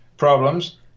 Problems